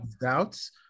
doubts